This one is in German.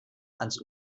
ans